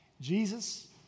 Jesus